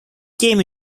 came